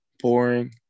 boring